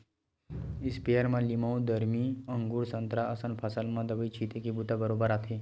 sprayer म लीमउ, दरमी, अगुर, संतरा असन फसल म दवई छिते के बूता बरोबर आथे